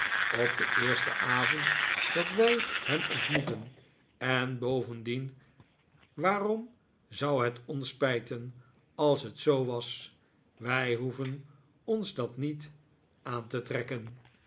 op den eersten avond dat wij hem ontmoetten en bovendien waarom zou het ons spijten als het zoo was wij hoeven ons dat niet aan te trekken